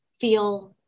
feel